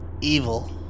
evil